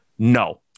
No